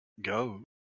go